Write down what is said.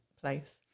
place